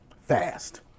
fast